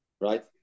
Right